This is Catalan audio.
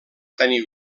tenir